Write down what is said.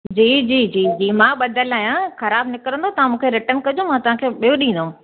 जी जी जी जी मां बधलु आयां ख़राबु निकिरंदो तव्हां मूंखे रिटन कजो मां तव्हांखे ॿियो ॾींदमि